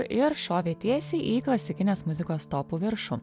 ir šovė tiesiai į klasikinės muzikos topų viršų